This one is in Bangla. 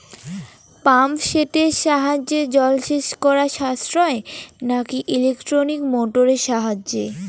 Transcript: পাম্প সেটের সাহায্যে জলসেচ করা সাশ্রয় নাকি ইলেকট্রনিক মোটরের সাহায্যে?